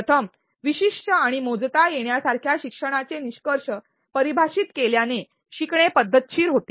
प्रथम विशिष्ट आणि मोजता येण्यासारख्या शिक्षणाचे निष्कर्ष परिभाषित केल्याने शिकणे पद्धतशीर होते